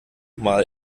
mal